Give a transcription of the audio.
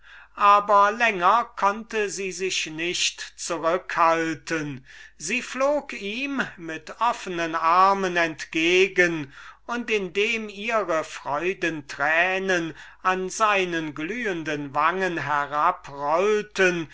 aber länger konnte sie sich nicht zurückhalten sie flog ihm mit offnen armen entgegen und indem ihre freuden tränen seine glühende wangen